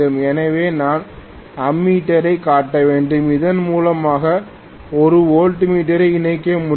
எனவே நான் அம்மீட்டரைக் காட்ட வேண்டும் இதன் மூலம் ஒரு வோல்ட் மீட்டரை இணைக்க முடியும்